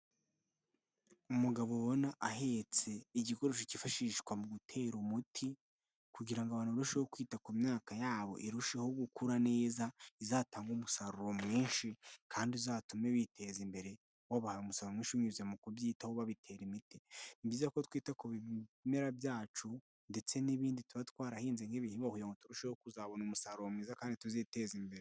Umugabo ubona ahetse igikoresho cyifashishwa mu gutera umuti kugira ngo abantu barusheho kwita ku myaka yabo irusheho gukura neza izatange umusaruro mwinshi kandi uzatume biteza imbere, babona umusaruro mwinshi binyuze mu kubyitaho babitera imiti. Ni byiza ko twita ku bimera byacu ndetse n'ibindi tuba twarahinze nk'ibishyimbo, turusheho kuzabona umusaruro mwiza kandi tuziteza imbere.